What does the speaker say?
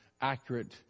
accurate